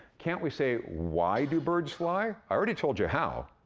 can't we say, why do birds fly? i already told ya how,